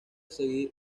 seguir